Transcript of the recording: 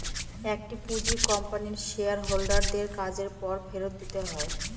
একটি পুঁজি কোম্পানির শেয়ার হোল্ডার দের কাজের পর ফেরত দিতে হয়